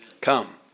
Come